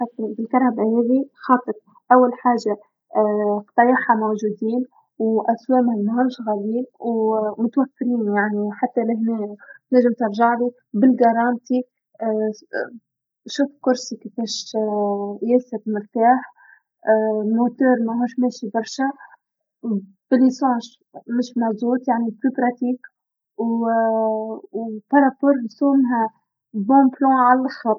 شوف هاي السيارة ما بنحكي فيها بس عن جمال التصميم وإنسيابيته، عاد بعد بنحكي على سرعة وثبات على الطريق، ما شا الله ما شا الله أمان عالي جدا، كراسي مريحة ،وفوج كل هذا إنها تصير على الطريق سواء ممهد أو لا ما يخالف ،غير إن السعر مناسب لكل الفئات.